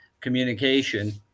communication